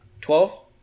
Twelve